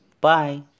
Bye